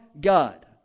God